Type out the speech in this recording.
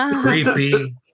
Creepy